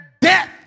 death